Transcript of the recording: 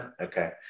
okay